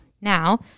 Now